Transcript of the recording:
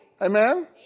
Amen